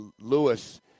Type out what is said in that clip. Lewis